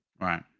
right